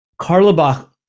Karlbach